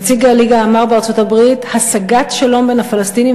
נציג הליגה אמר בארצות-הברית: השגת שלום בין הפלסטינים